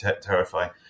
terrifying